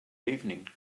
evening